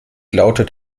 lautet